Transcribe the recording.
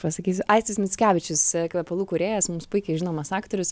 pasakysiu aistis mickevičius kvepalų kūrėjas mums puikiai žinomas aktorius